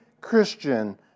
Christian